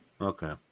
Okay